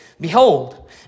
Behold